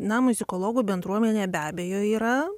na muzikologų bendruomenė be abejo yra